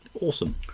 Awesome